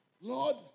Lord